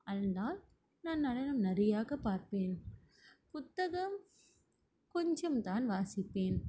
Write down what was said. அதனால் நான் நடனம் நிறையாக பார்ப்பேன் புத்தகம் கொஞ்சம் தான் வாசிப்பேன்